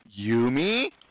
Yumi